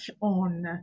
on